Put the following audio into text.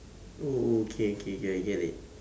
okay okay I get it I get it